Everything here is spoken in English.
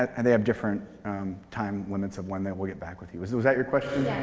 and they have different time limits of when they will get back with you. was that was that your question?